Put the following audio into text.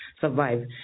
survive